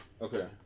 Okay